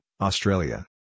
Australia